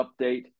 update